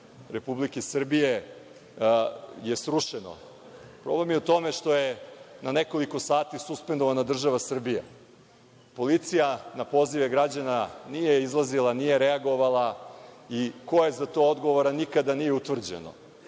Republike Srbije, je srušeno. Problem je u tome što je na nekoliko sati suspendovana država Srbija. Policija na pozive građana nije izlazila, nije reagovala i ko je za to odgovoran nikada nije utvrđeno. Mi